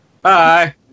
Bye